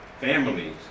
families